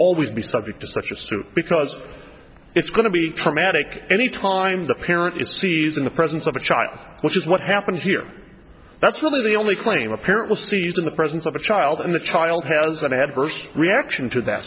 always be subject to such a suit because it's going to be traumatic any time the parent is sees in the presence of a child which is what happened here that's really the only claim a parent will see used in the presence of a child in the child has an adverse reaction to that